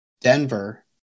Denver